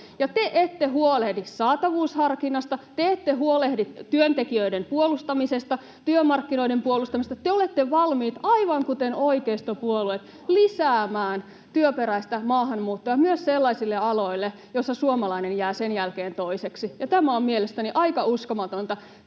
Te ette huolehdi saatavuusharkinnasta, te ette huolehdi työntekijöiden puolustamisesta ettekä työmarkkinoiden puolustamisesta. Te olette valmiit, aivan kuten oikeistopuolueet, lisäämään työperäistä maahanmuuttoa myös sellaisille aloille, joilla suomalainen jää sen jälkeen toiseksi. Tämä on mielestäni aika uskomatonta